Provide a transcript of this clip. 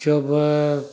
शुभु